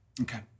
Okay